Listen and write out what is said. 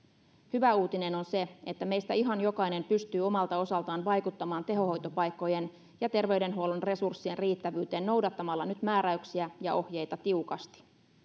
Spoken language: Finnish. hyvä uutinen on se että meistä ihan jokainen pystyy omalta osaltaan vaikuttamaan tehohoitopaikkojen ja terveydenhuollon resurssien riittävyyteen noudattamalla nyt määräyksiä ja ohjeita tiukasti